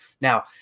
Now